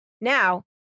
Now